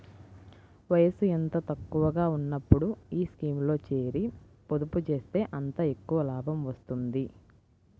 వయసు ఎంత తక్కువగా ఉన్నప్పుడు ఈ స్కీమ్లో చేరి, పొదుపు చేస్తే అంత ఎక్కువ లాభం వస్తుంది